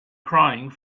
crying